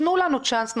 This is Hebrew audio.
תנו לנו צ'אנס נוסף,